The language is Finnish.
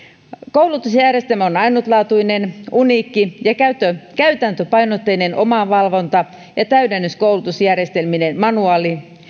koulutusjärjestelmä on ainutlaatuinen uniikki ja käytäntöpainotteinen omavalvonta ja täydennyskoulutusjärjestelmineen manuaali